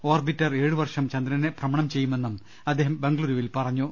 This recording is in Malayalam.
ഓർബിറ്റർ ഏഴുവർഷം ചന്ദ്രനെ ഭ്രമണം ചെയ്യുമെന്നും അദ്ദേഹം ബംഗളുരുവിൽ പറഞ്ഞു